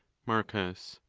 marcus.